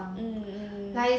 mm mm